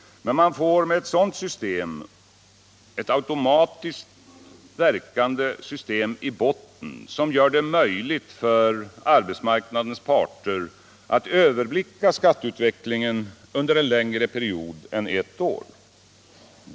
Men man får med ett sådant system ett automatiskt verkande system i botten, som gör det möjligt för arbetsmarknadens parter att överblicka skatteutvecklingen under en längre period än ett år.